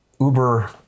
uber